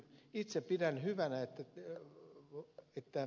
itse pidän hyvänä että ed